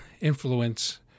influence